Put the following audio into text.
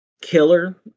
killer